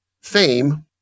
fame